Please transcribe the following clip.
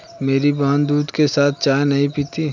मेरी बहन दूध के साथ चाय नहीं पीती